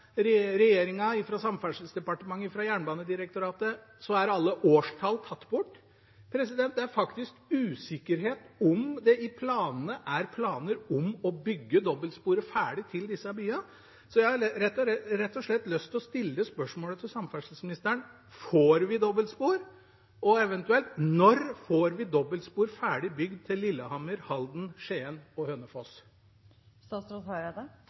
Samferdselsdepartementet og Jernbanedirektoratet, er alle årstall tatt bort. Det er faktisk usikkerhet om det i planene er planer om å bygge dobbeltsporet ferdig til disse byene. Jeg har rett og slett lyst å stille følgende spørsmål til samferdselsministeren: Får vi dobbeltspor? Eventuelt: Når blir dobbeltspor til Lillehammer, Halden, Skien og